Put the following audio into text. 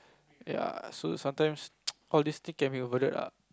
ya so sometimes all these things can be avoided lah